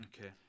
Okay